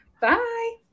Bye